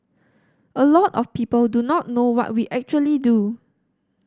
a lot of people do not know what we actually do